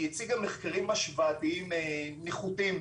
היא הציגה מחקרים השוואתיים נחותים,